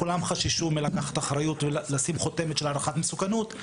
כולם חששו לקחת אחריות ולשים חותמת של הערכת מסוכנות.